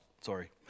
Sorry